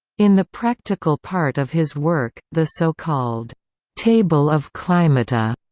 in the practical part of his work, the so-called table of climata,